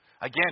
Again